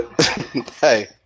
Hey